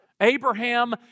Abraham